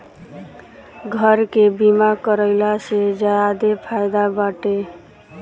घर के बीमा कराइला से ज्यादे फायदा बाटे